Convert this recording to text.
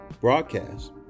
broadcast